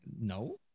No